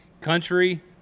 Country